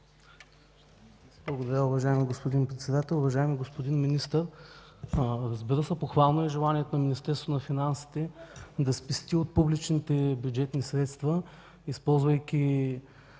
Благодаря, уважаеми господин Председател. Уважаеми господин Министър, разбира се, похвално е желанието на Министерството на финансите да спести от публичните бюджетни средства, използвайки